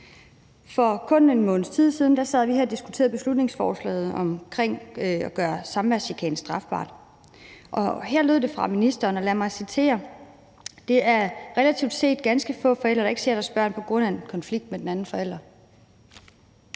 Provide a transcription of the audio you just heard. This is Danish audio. For kun en måneds tid siden sad vi her og diskuterede beslutningsforslaget om at gøre samværschikane strafbart, og her lød det fra ministeren: »Relativt set er det ganske få forældre, der ikke ser deres børn på grund af konflikt med den anden forælder